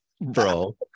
Bro